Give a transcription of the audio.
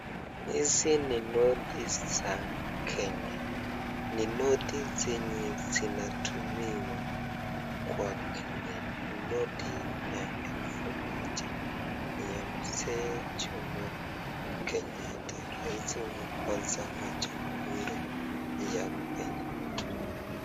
Hizi ni noti za Kenya. Ni noti zenye zinatumiwa kwa Kenya. Noti ni ya moja ni ya Mzee Jomo Kenyatta rais wa kwanza wa Jamuhuri ya Kenya.